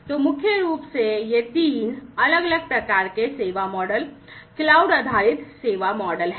तो मुख्य रूप से ये तीन अलग अलग प्रकार के सेवा मॉडल क्लाउड आधारित सेवा मॉडल हैं